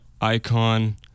icon